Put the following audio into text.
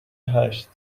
هشت